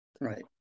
Right